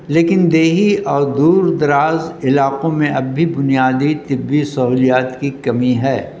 لیکن دیہی اور دور دراز علاقوں میں اب بھی بنیادی طبی سہولیات کی کمی ہے